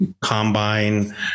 combine